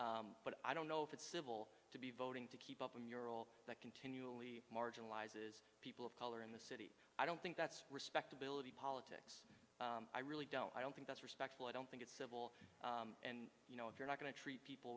civility but i don't know if it's civil to be voting to keep up in your role that can only marginalizes people of color in the city i don't think that's respectability politics i really don't i don't think that's respectful i don't think it's civil and you know if you're not going to treat people